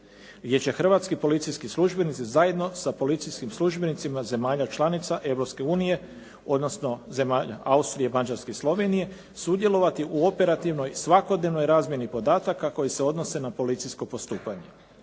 gdje će hrvatski policijski službenici zajedno sa policijskim službenicima zemalja članica Europske unije, odnosno zemalja Austrije, Mađarske i Slovenije sudjelovati u operativnoj, svakodnevnoj razmjeni podataka koji se odnose na policijsko postupanje.